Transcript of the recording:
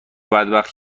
بدبخت